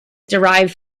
derived